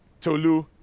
Tolu